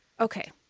Okay